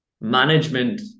management